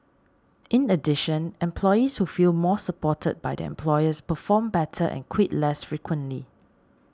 in addition employees who feel more supported by their employers perform better and quit less frequently